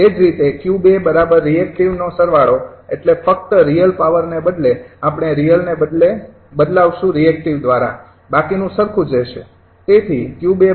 એ જ રીતે 𝑄૨રિએક્ટિવ નો સરવાળો એટલે ફક્ત રિયલ પાવર ને બદલે આપણે રિયલ ને બદલાવશુ રિએક્ટિવ દ્વારા બાકી નું સરખું જ રહેશે